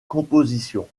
composition